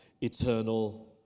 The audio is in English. eternal